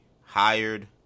hired